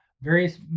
various